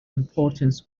importance